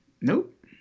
Nope